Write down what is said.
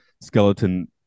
skeleton